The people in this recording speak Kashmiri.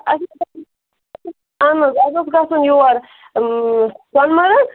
اہن حظ اَسہِ اوس گژھُن یور سۄنمَرٕگ